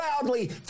proudly